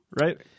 right